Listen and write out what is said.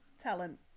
talent